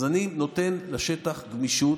אז אני נותן לשטח גמישות.